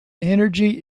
energy